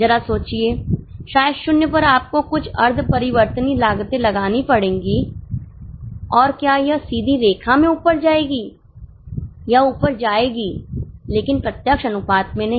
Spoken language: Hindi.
जरा सोचिए शायद 0 पर आपको कुछ अर्ध परिवर्तनीय लागतें लगानी पड़ेंगी और क्या यह सीधी रेखा में ऊपर जाएगी यह ऊपर जाएगी लेकिन प्रत्यक्ष अनुपात में नहीं